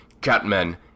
Catman